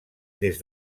des